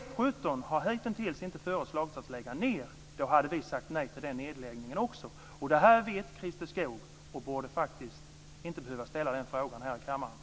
F 17 har hittills inte föreslagits att läggas ned. Då hade vi sagt nej till den nedläggningen. Det här vet Christer Skoog. Han borde faktiskt inte behöva ställa den frågan här i kammaren.